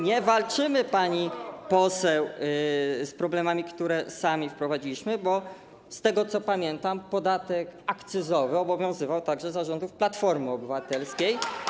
Nie walczymy, pani poseł, z problemami, które sami stworzyliśmy, bo z tego, co pamiętam, podatek akcyzowy obowiązywał także za rządów Platformy Obywatelskiej.